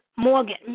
Morgan